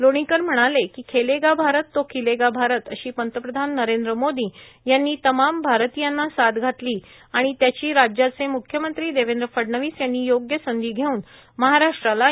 लोणीकर म्हणाले कि खेलेगा भारत तो खिलेगा भारत अशी पंतप्रधान नरेंद्र मोदी यांनी तमाम भारतीयांना साद घातली आणि त्याची राज्याचे मुख्यमंत्री देवेंद्र फडणवीस यांनी योग्य संधी घेऊन महाराष्ट्राला या स्पर्धेचं यजमानपद मिळवून दिलं